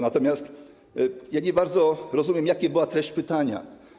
Natomiast nie bardzo rozumiem, jaka była treść pytania.